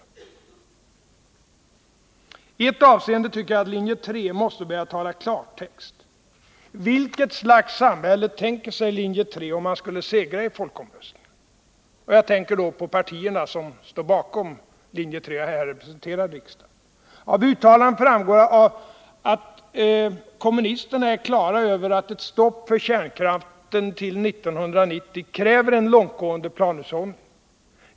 I ett avseende tycker jag att linje 3 måste börja tala klartext: Vilket slags samhälle tänker sig de partier som står bakom linje 3 och som är representerade här i riksdagen om man skulle segra i folkomröstningen? Av uttalanden framgår att kommunisterna är klara över att ett stopp för kärnkraften till 1990 kräver en långtgående planhushållning.